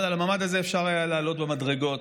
אבל מעל הממ"ד הזה אפשר היה לעלות במדרגות.